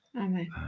Amen